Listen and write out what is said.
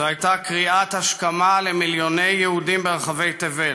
זו הייתה קריאת השכמה למיליוני יהודים ברחבי תבל.